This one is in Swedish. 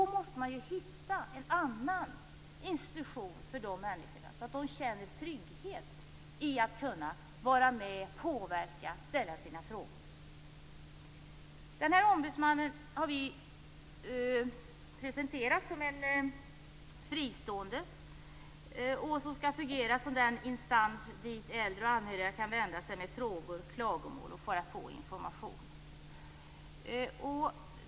Man måste för dessa människor skapa en annan institution, genom vilken de kan känna tryggheten i att få vara med, påverka och ställa sina frågor. Vi har presenterat äldreombudsmannen som en fristående instans, dit äldre och anhöriga skall kunna vända sig med frågor och klagomål och för att få information.